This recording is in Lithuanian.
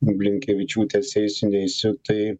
blinkevičiūtės eisi neisiu tai